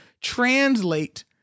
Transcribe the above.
translate